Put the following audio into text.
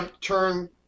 turn